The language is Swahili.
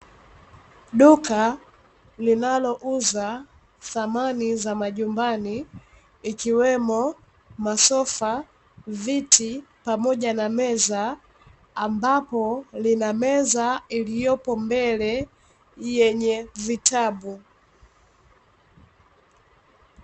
Duka linalouza samani za majumbani ikiwemo: masofa, viti pamoja na meza, ambapo lina meza iliyopo mbele yenye vitabu.